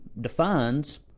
defines